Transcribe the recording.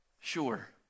sure